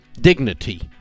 dignity